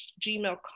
Gmail